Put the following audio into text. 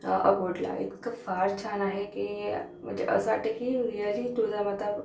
अकोटला आहे इतकं फार छान आहे की म्हणजे असं वाटतं की रिअली तुळजामाता